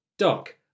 Doc